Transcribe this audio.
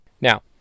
Now